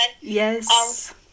Yes